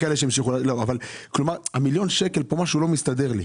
שקל לא מסתדר לי.